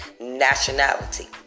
nationality